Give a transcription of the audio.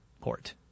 port